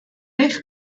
eich